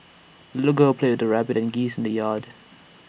the little girl played with her rabbit and geese in the yard